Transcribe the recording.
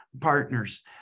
partners